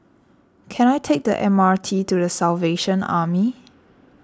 can I take the M R T to the Salvation Army